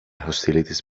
hostilities